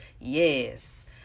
Yes